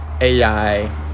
AI